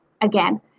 again